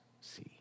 see